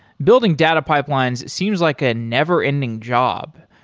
building data pipelines seems like a never-ending job,